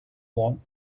won